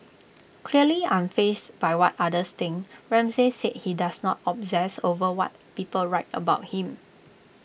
clearly unfazed by what others think Ramsay said he does not obsess over what people write about him